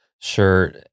Sure